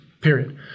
period